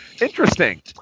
interesting